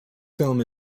film